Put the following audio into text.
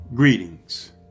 Greetings